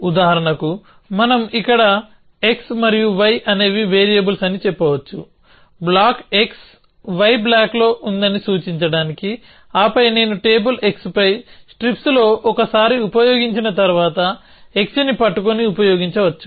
ఉదాహరణకు మనం ఇక్కడ x మరియు y అనేవి వేరియబుల్స్ అని చెప్పవచ్చు బ్లాక్ x y బ్లాక్లో ఉందని సూచించడానికి ఆపై నేను టేబుల్ xపై స్ట్రిప్స్లో ఒకసారి ఉపయోగించిన తర్వాత xని పట్టుకొని ఉపయోగించుకోవచ్చు